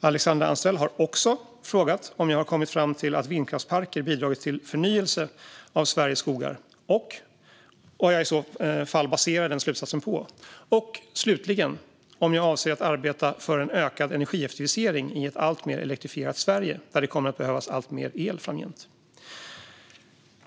Alexandra Anstrell har också frågat om jag har kommit fram till att vindkraftsparker bidrar till förnyelsen av Sveriges skogar och vad jag i så fall baserar den slutsatsen på och slutligen om jag avser att arbeta för en ökad energieffektivisering i ett alltmer elektrifierat Sverige där det kommer att behövas alltmer el framgent.